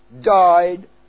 died